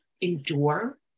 endure